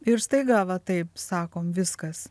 ir staiga va taip sakom viskas